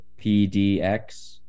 PDX